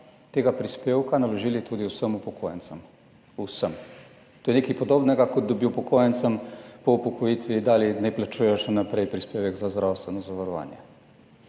tega prispevka naložili tudi vsem upokojencem, vsem. To je nekaj podobnega, kot da bi upokojencem po upokojitvi dali naj plačujejo še naprej prispevek za zdravstveno zavarovanje.